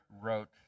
wrote